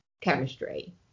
chemistry